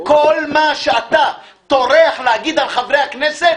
כל מה שאתה טורח להגיד על חברי הכנסת,